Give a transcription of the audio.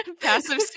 Passive